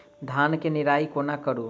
धान केँ निराई कोना करु?